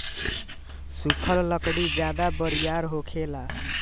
सुखल लकड़ी ज्यादे बरियार होखेला